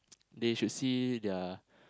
they should their